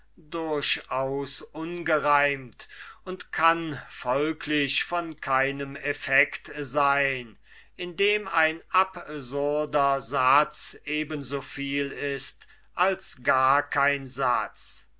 durchaus ungereimt und kann folglich von keinem effect sein indem ein absurder satz eben so viel ist als gar kein satz